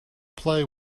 play